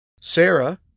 Sarah